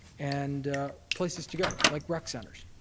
and places to go like rec centres.